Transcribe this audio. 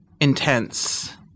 intense